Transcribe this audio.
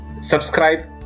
subscribe